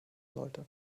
sollte